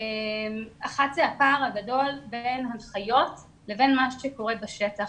נקודה אחת היא הפער הגדול בין הנחיות לבין מה שקורה בשטח.